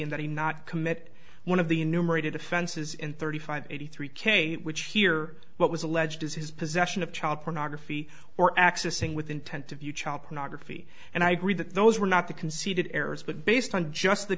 and that he not commit one of the numerated offenses in thirty five eighty three k which here what was alleged is his possession of child pornography or accessing with intent to view child pornography and i agree that those were not the conceded errors but based on just the